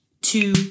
two